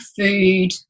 food